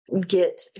get